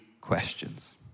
questions